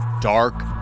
dark